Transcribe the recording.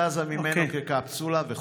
זזה ממנו, כקפסולה, וחוזרת.